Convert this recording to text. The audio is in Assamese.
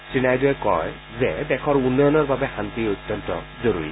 শ্ৰীনাইডুৱে কয় যে দেশৰ উন্নয়নৰ বাবে শান্তি অত্যন্ত জৰুৰী